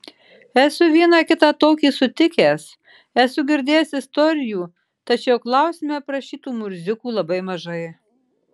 esu vieną kitą tokį sutikęs esu girdėjęs istorijų tačiau klausime aprašytų murziukų labai mažai